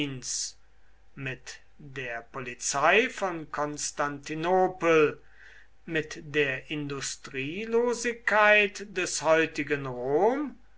mit der polizei von konstantinopel mit der industrielosigkeit des heutigen rom